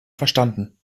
verstanden